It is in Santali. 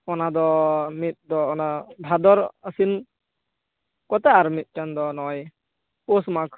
ᱚᱱᱟᱫᱚ ᱢᱤᱫᱽ ᱫᱚ ᱚᱱᱟ ᱵᱷᱟᱫᱚᱨ ᱟᱥᱥᱤᱱ ᱠᱚᱛᱮ ᱟᱨ ᱢᱤᱴᱴᱟᱝ ᱫᱚ ᱱᱚᱼᱚᱭ ᱯᱳᱥ ᱢᱟᱜᱷ